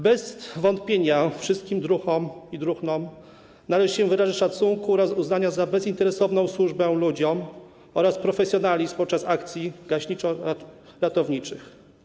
Bez wątpienia wszystkim druhom i druhnom należą się wyrazy szacunku oraz uznania za bezinteresowną służbę ludziom oraz profesjonalizm podczas akcji gaśniczo-ratowniczych.